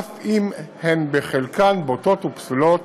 אף אם חלקן בוטות ופסולות,